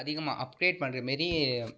அதிகமாக அப்டேட் பண்றமாரி